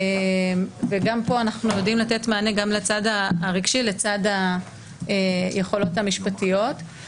גם פה אנחנו יודעים לתת מענה לצד הרגשי לצד היכולות המשפטיות.